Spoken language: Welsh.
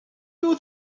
oedd